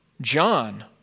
John